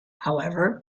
however